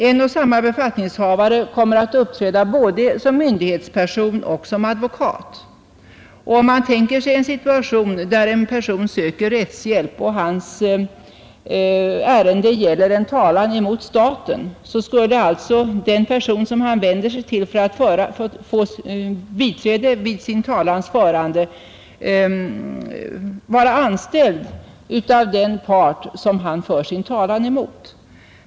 En och samma befattningshavare kommer att uppträda både som myndighetsperson och som advokat. Om man tänker sig en situation där en person söker rättshjälp och hans ärende gäller en talan mot staten skulle alltså den person han vänder sig till för att få biträde av vid talans förande vara anställd av den part som han för sin talan emot.